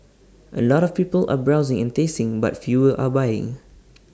A lot of people are browsing and tasting but fewer are buying